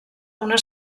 una